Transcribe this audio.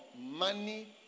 money